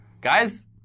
Guys